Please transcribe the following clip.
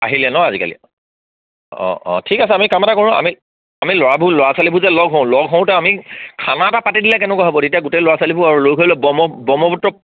আহিলে ন আজিকালি অঁ অঁ ঠিক আছে আমি কাম এটা কৰোঁ আমি আমি ল'ৰাবোৰ ল'ৰা ছোৱালীবোৰ যে লগ হওঁ লগ হওঁতে আমি খানা এটা পাতি দিলে কেনেকুৱা হ'ব তেতিয়া গোটেই ল'ৰা ছোৱালীবোৰ আৰু লৈ ব্ৰহ্মপুত্ৰ